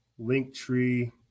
Linktree